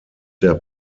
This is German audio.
der